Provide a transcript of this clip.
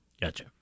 gotcha